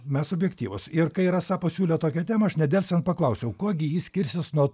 mes subjektyvūs ir kai rasa pasiūlė tokią temą aš nedelsiant paklausiau kuo gi ji skirsis nuo